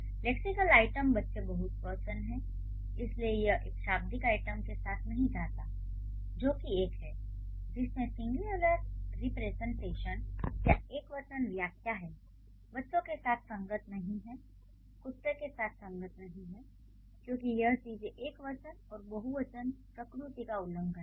lexical item बच्चे बहुवचन हैं इसलिए यह एक शाब्दिक आइटम के साथ नहीं जाता है जो कि एक है जिसमें सिंगग्यलर रीप्रेज़न्टैशन या एकवचन व्याख्या है बच्चों के साथ संगत नहीं है कुत्तों के साथ संगत नहीं है क्योंकि यह चीज़ें एकवचन और बहुवचन प्रकृति का उल्लंघन है